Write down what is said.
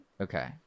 Okay